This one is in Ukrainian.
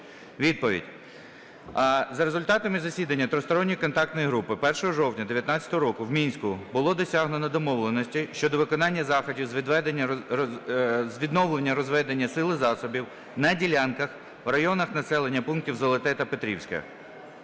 Відповідь. За результатами засідання тристоронньої контактної групи 1 жовтня 19-го року в Мінську було досягнення домовленостей щодо виконання заходів з відведення… з відновлення розведення сил і засобів на ділянках в районах населених пунктів Золоте та Петрівське.